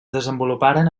desenvoluparen